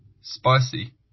Spicy